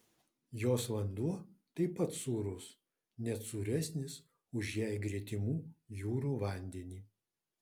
jos vanduo taip pat sūrus net sūresnis už jai gretimų jūrų vandenį